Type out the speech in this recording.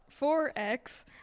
4X